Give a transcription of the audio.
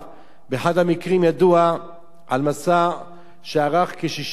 באחד המקרים ידוע על מסע שארך כ-60 יום.